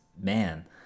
man